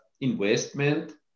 investment